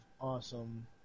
awesome